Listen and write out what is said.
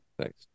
thanks